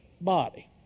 body